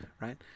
right